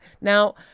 Now